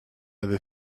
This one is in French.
avait